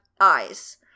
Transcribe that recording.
eyes